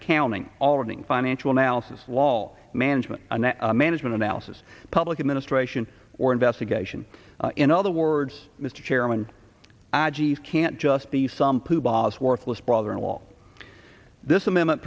accounting all running financial analysis law management and management analysis public administration or investigation in other words mr chairman i g s can't just be some pooh bahs worthless brother in law this amendment